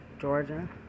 Georgia